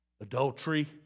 adultery